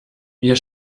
wir